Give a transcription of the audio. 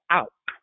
out